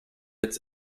its